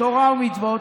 תורה ומצוות"?